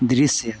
दृश्य